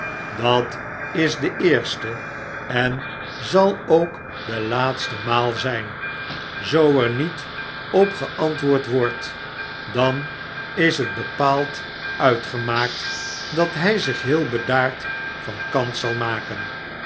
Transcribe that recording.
dat is de eerste en zal ook de laatste maal zijn zoo er met op geantwoord wordt dan is het bepaald uitgemaakt dat hij zich heel bedaard van kant zal maken